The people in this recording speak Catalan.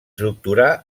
doctorà